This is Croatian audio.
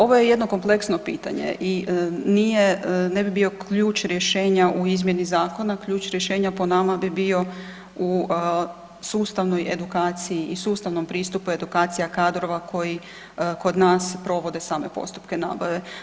Ovo je jedno kompleksno pitanje i nije, ne bi bio ključ rješenja u izmjeni zakona, ključ rješenja po nama bi bio u sustavnoj edukaciji i sustavnom pristupu edukacija kadrova koji kod nas provode same postupke nabave.